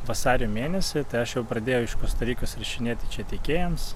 vasario mėnesį tai aš jau pradėjau iš kostarikos rašinėti čia tiekėjams